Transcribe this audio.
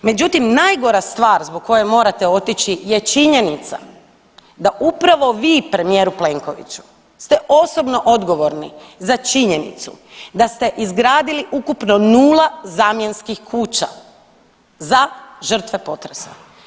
Međutim, najgora stvar zbog koje morate otići je činjenica da upravo vi premijeru Plenkoviću ste osobno odgovorni za činjenicu da ste izgradili ukupno nula zamjenskih kuća za žrtve potresa.